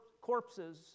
corpses